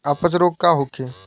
अपच रोग का होखे?